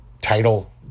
title